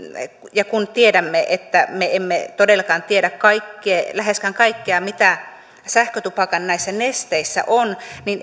ja kun tiedämme että me emme todellakaan tiedä läheskään kaikkea mitä näissä sähkötupakan nesteissä on